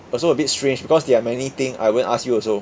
also a bit strange because there are many thing I won't ask you also